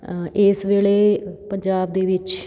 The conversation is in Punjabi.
ਇਸ ਵੇਲੇ ਪੰਜਾਬ ਦੇ ਵਿੱਚ